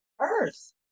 earth